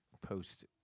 post